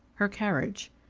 her carriage.